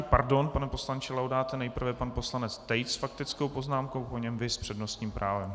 Pardon, pane poslanče Laudáte, nejprve pan poslanec Tejc s faktickou poznámkou, po něm vy s přednostním právem.